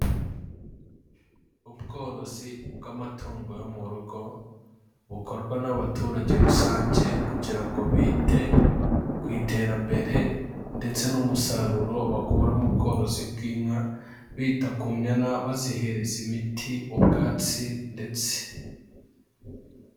Ubworozi bw'amatungo yo mu rugo bukorwa n'abaturage rusange kugira ngo bite ku iterambere ndetse n'umusaruro bakuramo mu bworozi bw'inka bita ku nyana bazihereza imiti, ubwatsi ndetse...